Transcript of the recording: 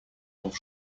auf